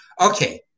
Okay